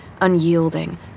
unyielding